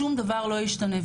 שום דבר לא ישתנה.